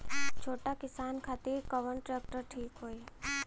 छोट किसान खातिर कवन ट्रेक्टर ठीक होई?